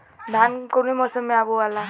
धान कौने मौसम मे बोआला?